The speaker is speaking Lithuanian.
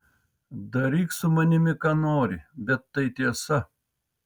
daryk su manimi ką nori bet tai tiesa